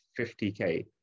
50K